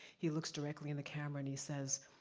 he looks directly in the camera and he says,